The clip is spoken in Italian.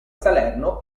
salerno